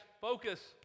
focus